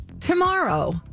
tomorrow